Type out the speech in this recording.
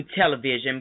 television